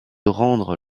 rendre